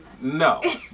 No